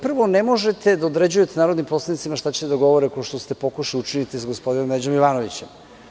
Prvo, ne možete da određujete narodnim poslanicima šta će da govore, kao što ste pokušali da učinite sa gospodinom Neđom Jovanovićem.